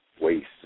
waste